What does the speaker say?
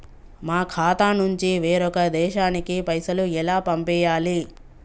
మా ఖాతా నుంచి వేరొక దేశానికి పైసలు ఎలా పంపియ్యాలి?